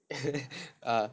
uh